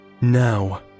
Now